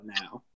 now